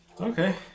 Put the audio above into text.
Okay